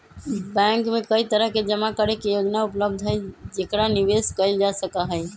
bank में कई तरह के जमा करे के योजना उपलब्ध हई जेकरा निवेश कइल जा सका हई